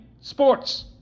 sports